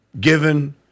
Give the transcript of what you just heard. given